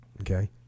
okay